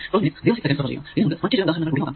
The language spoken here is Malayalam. ഇനി നമുക്ക് മറ്റു ചില ഉദാഹരണങ്ങൾ കൂടി നോക്കാം